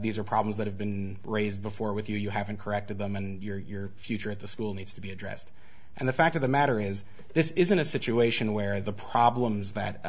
these are problems that have been raised before with you you haven't corrected them and your future at the school needs to be addressed and the fact of the matter is this isn't a situation where the problems that